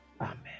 Amen